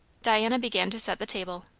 diana began to set the table.